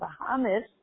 Bahamas